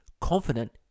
confident